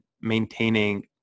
maintaining